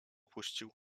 puścił